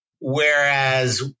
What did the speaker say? Whereas